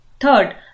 Third